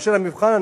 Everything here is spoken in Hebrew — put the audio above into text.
והמבחן